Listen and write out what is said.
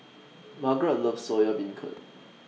Margaret loves Soya Beancurd